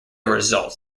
results